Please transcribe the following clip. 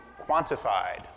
quantified